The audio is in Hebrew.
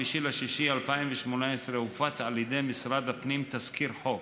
ביוני 2018 הופץ על ידי משרד הפנים תזכיר חוק,